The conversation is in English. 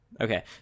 okay